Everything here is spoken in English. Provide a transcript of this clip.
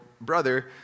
brother